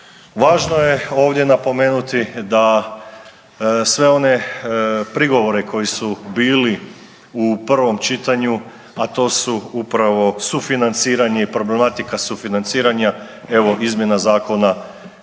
Važno je ovdje napomenuti da sve one prigovore koji su bili u prvom čitanju, a to su upravo sufinanciranje i problematika sufinanciranja evo izmjena zakona